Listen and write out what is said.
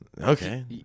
okay